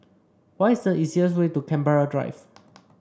what is the easiest way to Canberra Drive